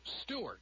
Stewart